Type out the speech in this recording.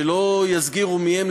שלא יסגירו מי הם,